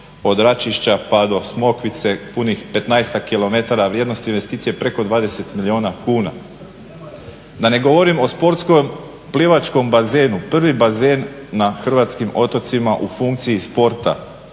od Račišća pa do Smokvice punih 15-ak km, a vrijednost je investicije preko 20 milijuna kuna. Da ne govorim o sportskom plivačkom bazenu. Prvi bazen na hrvatskim otocima u funkciji sporta.